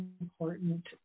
important